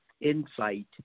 insight